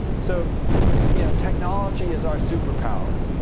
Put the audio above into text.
so you know technology is our superpower.